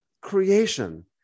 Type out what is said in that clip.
creation